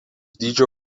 dydžio